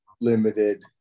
limited